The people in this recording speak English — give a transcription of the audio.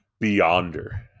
Beyonder